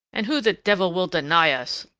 and who the devil will deny us?